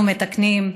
אנחנו מתקנים,